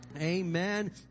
Amen